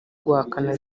guhakana